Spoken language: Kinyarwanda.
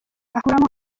akuramo